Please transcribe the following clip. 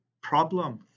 problem